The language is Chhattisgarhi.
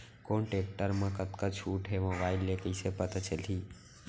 कोन टेकटर म कतका छूट हे, मोबाईल ले कइसे पता चलही?